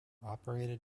operated